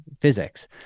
physics